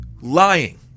lying